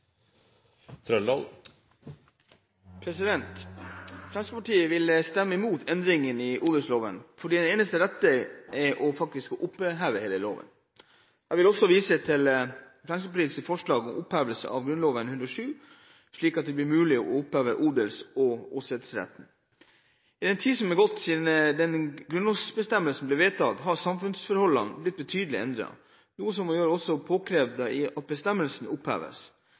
landbruket. Fremskrittspartiet vil stemme imot endringen i odelsloven fordi det eneste rette faktisk er å oppheve hele loven. Jeg vil også vise til Fremskrittspartiets forslag om opphevelse av Grunnloven § 107, slik at det blir mulig å oppheve odels- og åsetesretten. I den tid som er gått siden den grunnlovsbestemmelsen ble vedtatt, er samfunnsforholdene blitt betydelig endret, noe som også gjør det påkrevd at bestemmelsen